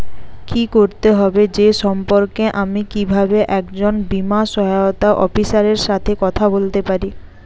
কী করতে হবে সে সম্পর্কে আমি কীভাবে একজন বীমা সহায়তা অফিসারের সাথে কথা বলতে পারি?